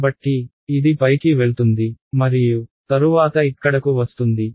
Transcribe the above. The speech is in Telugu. కాబట్టి ఇది పైకి వెళ్తుంది మరియు తరువాత ఇక్కడకు వస్తుంది